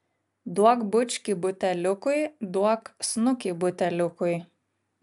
duok bučkį buteliukui duok snukį buteliukui